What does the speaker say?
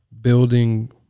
building